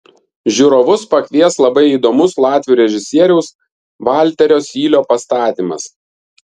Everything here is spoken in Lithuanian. žiūrovus pakvies labai įdomus latvių režisieriaus valterio sylio pastatymas